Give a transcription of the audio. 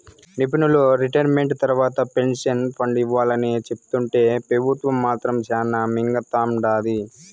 నిపునులు రిటైర్మెంట్ తర్వాత pension fund ఇవ్వాలని సెప్తుంటే పెబుత్వం మాత్రం శానా మింగతండాది